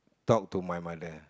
talk to my mother